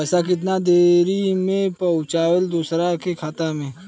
पैसा कितना देरी मे पहुंचयला दोसरा के खाता मे?